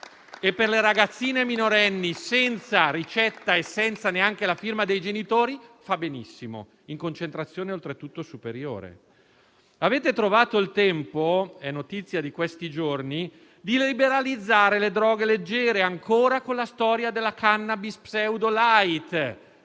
e per le ragazzine minorenni, senza ricetta e senza neanche la firma dei genitori, fa benissimo, in concentrazione oltretutto superiore. Avete trovato il tempo - è notizia di questi giorni - di liberalizzare le droghe leggere, ancora con la storia della *cannabis* pseudo-*light*,